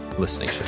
listening